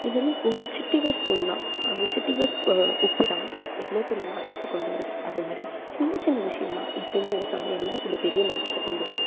even ஒரு சிட்டிகை spoon தான் ஒரு சிட்டிகை பு உப்பு தான் எவ்வளோ பெரிய மாற்றத்தை கொண்டு வருது அதை மாதிரி சின்ன சின்ன விஷயோந்தான் எப்பவுமே ஒரு சமையல்ல ஒரு பெரிய மாற்றத்தை கொண்டு வரும்